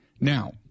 Now